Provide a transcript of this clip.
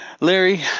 Larry